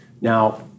Now